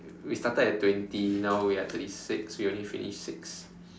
we started at twenty now we are thirty six we only finish six